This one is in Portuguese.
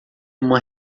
uma